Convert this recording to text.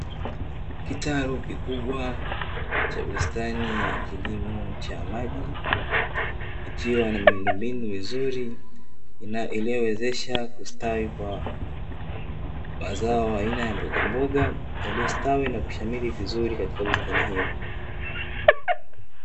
Kitalu kikubwa cha bustani ya kilimo cha maji, ikiwa na miundombinu mizuri inayowezesha kustawi kwa mazao aina ya mbogamboga, yaliyostawi na kushamiri vizuri katika bustani hiyo.